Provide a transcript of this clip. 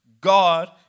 God